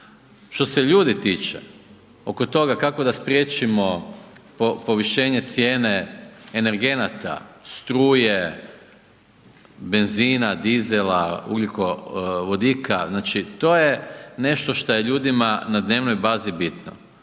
Što se ljudi tiče, oko toga kako da spriječimo povišenje cijene energenata, struje, benzina, dizela, ugljikovodika, znači, to je nešto što je ljudima na dnevnoj bazi bitno.